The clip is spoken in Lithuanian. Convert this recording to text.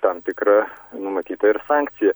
tam tikra numatyta ir sankcija